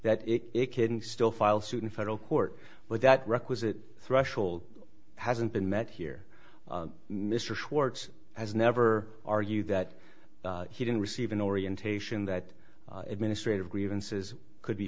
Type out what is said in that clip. that it couldn't still file suit in federal court but that requisite threshold hasn't been met here mr schwartz has never argued that he didn't receive an orientation that administrative grievances could be